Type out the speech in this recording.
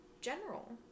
general